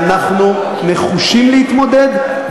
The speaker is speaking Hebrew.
ואנחנו נחושים להתמודד,